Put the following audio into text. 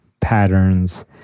patterns